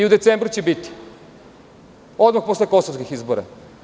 I u decembru će biti, odmah posle kosovskih izbora.